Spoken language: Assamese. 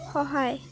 সহায়